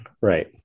Right